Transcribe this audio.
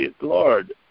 Lord